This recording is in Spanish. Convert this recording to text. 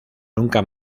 nunca